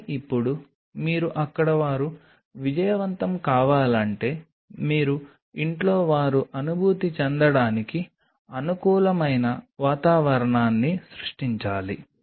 కానీ ఇప్పుడు మీరు అక్కడ వారు విజయవంతం కావాలంటే మీరు ఇంట్లో వారు అనుభూతి చెందడానికి అనుకూలమైన వాతావరణాన్ని సృష్టించాలి